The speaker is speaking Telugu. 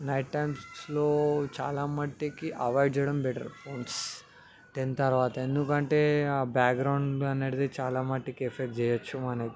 నైట్ టైమ్స్లో చాలామట్టుకి ఎవాయిడ్ చేయడం బెటర్ ఫోన్స్ టెన్ తర్వాత ఎందుకంటే ఆ బ్యాక్ గ్రౌండ్ అనేటిది చాలామట్టుకి ఎఫెక్ట్ చేయొచ్చు మనకి